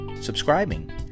subscribing